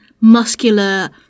muscular